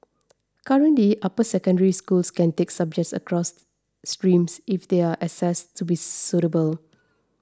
currently upper secondary students can take subjects across streams if they are assessed to be suitable